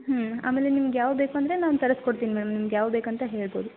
ಹ್ಞೂ ಆಮೇಲೆ ನಿಮಗೆ ಯಾವ್ದು ಬೇಕು ಅಂದರೆ ನಾವು ತರಸಿ ಕೊಡ್ತೀನಿ ಮ್ಯಾಮ್ ನಿಮ್ಗೆ ಯಾವ್ದು ಬೇಕಂತ ಹೇಳ್ಬೌದು